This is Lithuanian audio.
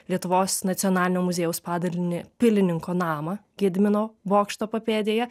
lietuvos nacionalinio muziejaus padalinį pilininko namą gedimino bokšto papėdėje